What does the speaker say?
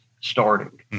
starting